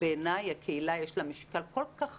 בעיני לקהילה יש משקל כל כך חשוב,